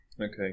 Okay